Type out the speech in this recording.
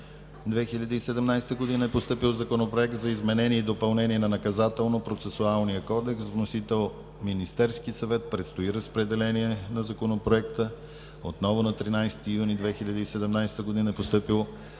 2017 г. е постъпил Законопроект за изменение и допълнение на Наказателно-процесуалния кодекс. Вносител: Министерският съвет. Предстои разпределение на Законопроекта. На 13 юни 2017 г. е постъпил Проект